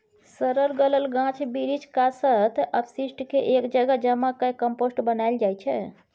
सरल गलल गाछ बिरीछ, कासत, अपशिष्ट केँ एक जगह जमा कए कंपोस्ट बनाएल जाइ छै